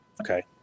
Okay